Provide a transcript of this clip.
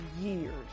years